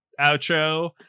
outro